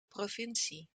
provincie